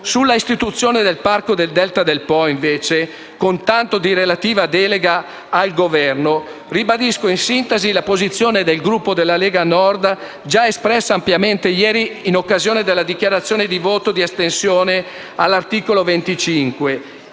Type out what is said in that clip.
Sull'istituzione del Parco del Delta del Po, con tanto di relativa delega al Governo, ribadisco in sintesi la posizione del Gruppo della Lega Nord già espressa ampiamente ieri, in occasione della dichiarazione di voto di astensione all'articolo 25,